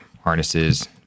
Harnesses